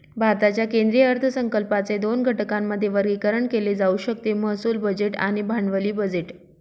भारताच्या केंद्रीय अर्थसंकल्पाचे दोन घटकांमध्ये वर्गीकरण केले जाऊ शकते महसूल बजेट आणि भांडवली बजेट